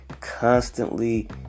constantly